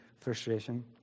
frustration